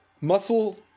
muscle